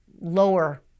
lower